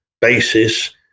basis